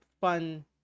fun